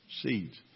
Seeds